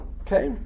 okay